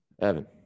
Evan